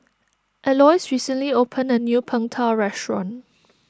Alois recently opened a new Png Tao restaurant